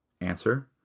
Answer